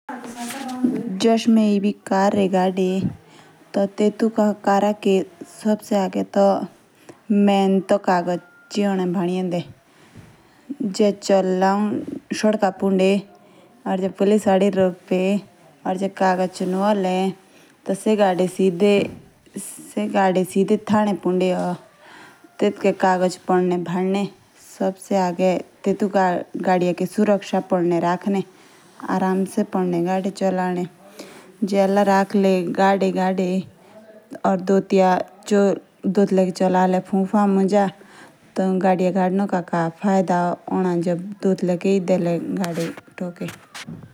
जश में एबि कार रे गड़े। ते टेटुके सबसे पहले कागज चाय। जे चल ली आऊ शडको पुंडी। या मुझे पकडले पुलिस वाले। या कागज नू आले तो गड़े सिधे थाने पुंदे जांदे। टी टेटुक कागज पीडी दे बदन मुखे।